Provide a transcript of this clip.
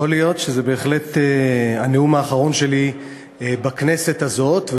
יכול להיות שזה בהחלט הנאום האחרון שלי בכנסת הזאת,